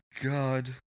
God